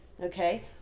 okay